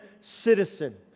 citizen